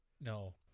No